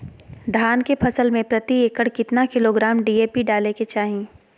धान के फसल में प्रति एकड़ कितना किलोग्राम डी.ए.पी डाले के चाहिए?